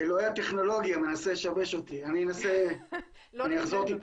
טכנולוגי מקצועי שאומר 'זה הסטנדרט',